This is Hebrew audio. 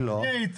אני לא,